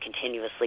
continuously